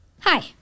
Hi